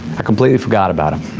i completely forgot about em,